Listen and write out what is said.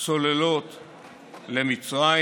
צוללות למצרים.